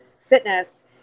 fitness